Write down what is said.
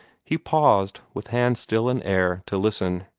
he paused, with hand still in air, to listen.